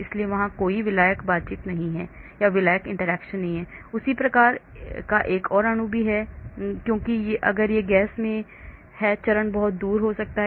इसलिए वहाँ कोई विलायक बातचीत नहीं है उसी प्रकार का एक और अणु भी वहाँ नहीं है क्योंकि अगर यह गैस में है चरण बहुत दूर हो सकता है